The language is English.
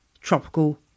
tropical